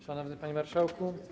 Szanowny Panie Marszałku!